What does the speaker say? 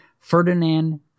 Ferdinand